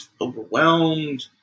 overwhelmed